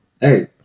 Hey